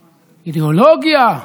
אידיאולוגיה,